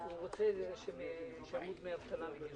לעניין גובה קבלת דמי אבטלה.